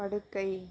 படுக்கை